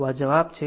તો આ જવાબ છે